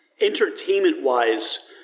entertainment-wise